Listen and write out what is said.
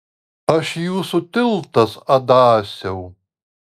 aš jūsų tiltas adasiau